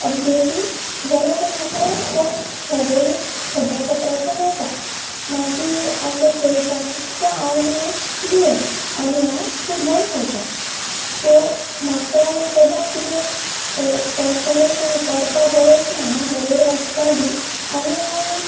update जाल्यार तें म्हाका त्या हेरल्ड खबरापत्राचे मेळटा मागीर हांव तें चोयता की तें हांव बी एक प्लेयर आनी हांव फुटबॉल खेळटा सो म्हाका सदां कितें कोणा कडेन वचून विचारपाक गरज ना हांव हेरल्ड वाचता बीन आनी हांव